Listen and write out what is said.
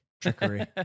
trickery